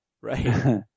Right